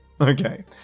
Okay